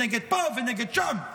ונגד פה ונגד שם,